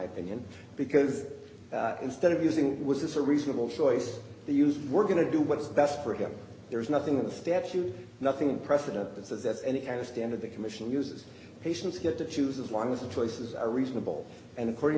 opinion because instead of using was this a reasonable choice the use we're going to do what is best for him there is nothing in the statute nothing in precedent that says that any kind of standard the commission uses patients to get to choose as long as the choices are reasonable and according